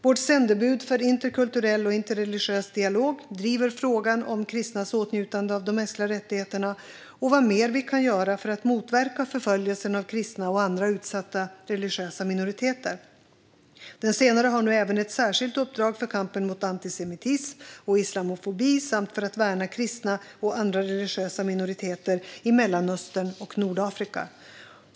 Vårt sändebud för interkulturell och interreligiös dialog driver frågan om kristnas åtnjutande av de mänskliga rättigheterna och vad mer vi kan göra för att motverka förföljelsen av kristna och andra utsatta religiösa minoriteter. Den senare har nu även ett särskilt uppdrag för kampen mot antisemitism och islamofobi samt för att värna kristna och andra religiösa minoriteter i Mellanöstern och Nordafrika.